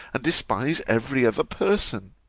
despise every other person.